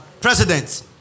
president